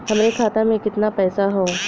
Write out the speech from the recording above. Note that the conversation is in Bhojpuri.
हमरे खाता में कितना पईसा हौ?